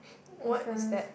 who sell